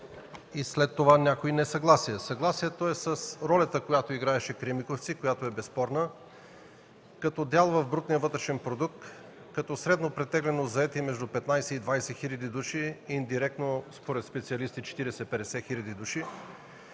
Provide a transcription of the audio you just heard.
след това – някои несъгласия. Съгласието е с ролята, която играеше „Кремиковци”, а тя е безспорна, като дял в брутния вътрешен продукт, като средно претеглени между 15-20 хил. души, индиректно според специалисти – 40-50 хил. души.